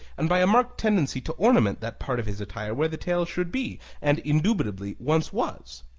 and by a marked tendency to ornament that part of his attire where the tail should be, and indubitably once was.